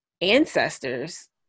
ancestors